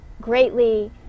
greatly